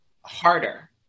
harder